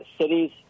cities